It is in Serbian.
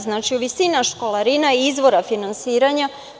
Znači, visina školarina i izvora finansiranja.